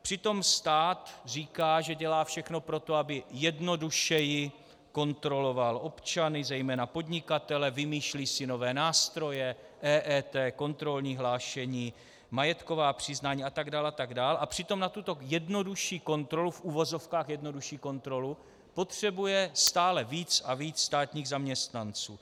Přitom stát říká, že dělá všechno pro to, aby jednodušeji kontroloval občany, zejména podnikatele, vymýšlí si nové nástroje, EET, kontrolní hlášení, majetková přiznání atd. atd., a přitom na tuto jednodušší kontrolu, v uvozovkách jednodušší kontrolu, potřebuje stále víc a víc státních zaměstnanců.